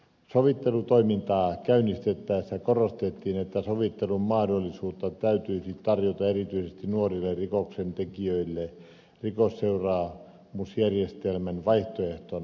sovittelutoimintaa käynnistettäessä korostettiin että sovittelun mahdollisuutta täytyisi tarjota erityisesti nuorille rikoksentekijöille rikosseuraamusjärjestelmän vaihtoehtona